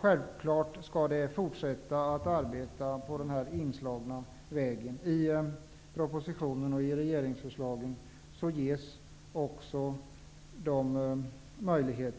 Självfallet skall det fortsätta att arbeta på den inslagna vägen. I propositionen ges också dessa möjligheter.